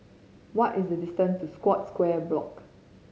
what is the distance to Scotts Square Block